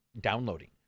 downloading